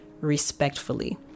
respectfully